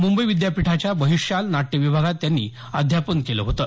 मुंबई विद्यापीठाच्या बहिःशाल नाट्य विभागात त्यांनी अध्यापन केलं होतं